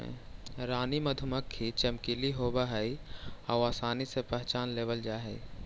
रानी मधुमक्खी चमकीली होब हई आउ आसानी से पहचान लेबल जा हई